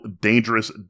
dangerous